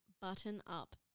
button-up